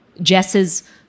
Jess's